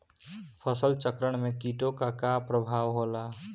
फसल चक्रण में कीटो का का परभाव होला?